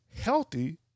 healthy